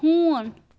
ہوٗن